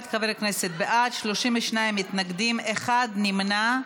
41 חברי כנסת בעד, 32 מתנגדים, אחד נמנע.